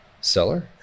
seller